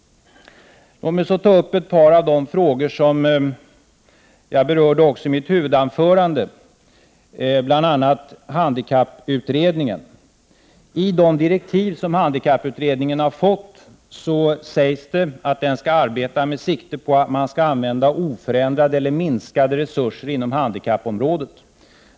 Låt mig så ta upp ett par av de frågor som jag berörde också i mitt huvudanförande, bl.a. handikapputredningen. I de direktiv som handikapputredningen har fått sägs det att den skall arbeta med sikte på att man skall använda oförändrade eller minskade resurser inom handikappområdet.